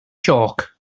jôc